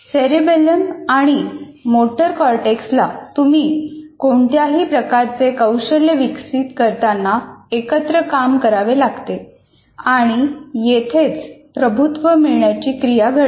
cerebellum आणि motor कॉर्टेक्सला तुम्ही कोणत्याही प्रकारचे कौशल्य विकसित करताना एकत्र काम करावे लागते आणि येथेच प्रभुत्व मिळण्याची क्रिया घडते